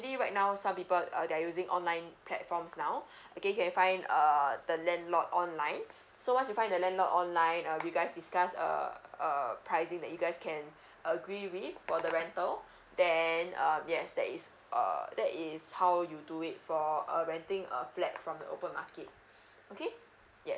right now some people uh they are using online platforms now where they find err the landlord online so once you find the landlord online uh you guys discuss uh uh pricing that you guys can agree with for the rental then um yes that is uh that is how you do it for err renting a flat from the open market okay yes